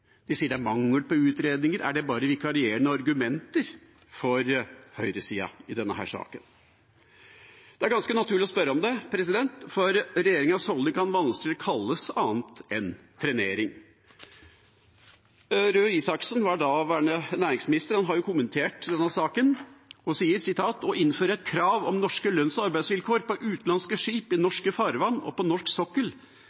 De sier det er mangel på utredninger. Er det bare vikarierende argumenter for høyresida i denne saken? Det er ganske naturlig å spørre om det, for regjeringas holdning kan vanskelig kalles annet enn trenering. Torbjørn Røe Isaksen, da han var næringsminister, har kommentert denne saken. Han sier: «Å innføre et krav om norske lønns- og arbeidsvilkår på utenlandske skip i